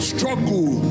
Struggle